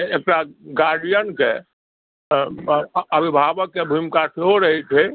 एकता गार्जियनके अभिभावक के भूमिका सेहो रहै छै